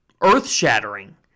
earth-shattering